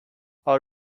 our